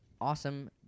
awesome